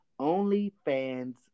OnlyFans